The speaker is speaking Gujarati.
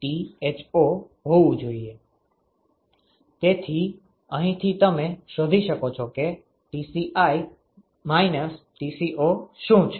તેથી અહીંથી તમે શોધી શકો છો કે Tci - Tco શું છે